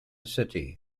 city